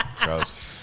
Gross